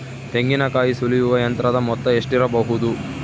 ತೆಂಗಿನಕಾಯಿ ಸುಲಿಯುವ ಯಂತ್ರದ ಮೊತ್ತ ಎಷ್ಟಿರಬಹುದು?